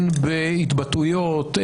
הן בהתבטאויות,